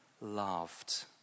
loved